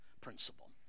principle